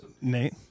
Nate